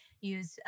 use